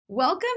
Welcome